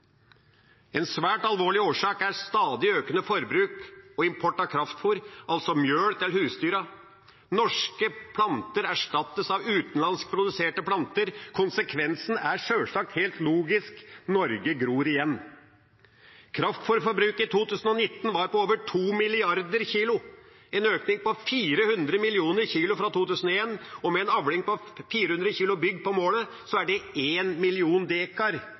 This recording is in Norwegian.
En svært alvorlig årsak er stadig økende forbruk og import av kraftfôr, altså mel til husdyrene. Norske planter erstattes av utenlandsk produserte planter. Konsekvensen er sjølsagt helt logisk: Norge gror igjen. Kraftfôrforbruket i 2019 var på over 2 mrd. kg – en økning på 400 mill. kg fra 2001. Med en avling på 400 kg bygg på målet, er det 1 mill. dekar som er kraftfôrforbruksøkningen. Og av det